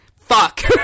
fuck